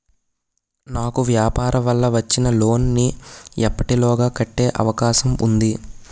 నాకు వ్యాపార వల్ల వచ్చిన లోన్ నీ ఎప్పటిలోగా కట్టే అవకాశం ఉంది?